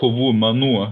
kovų menų